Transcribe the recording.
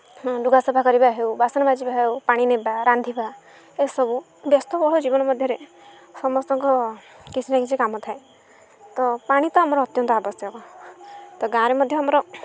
ଲୁଗାସଫା କରିବା ହେଉ ବାସନ ମାଜିବା ହେଉ ପାଣି ନେବା ରାନ୍ଧିବା ଏସବୁ ବ୍ୟସ୍ତବହୁଳ ଜୀବନ ମଧ୍ୟରେ ସମସ୍ତଙ୍କ କିଛି ନା କିଛି କାମ ଥାଏ ତ ପାଣି ତ ଆମର ଅତ୍ୟନ୍ତ ଆବଶ୍ୟକ ତ ଗାଁରେ ମଧ୍ୟ ଆମର